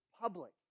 public